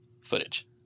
footage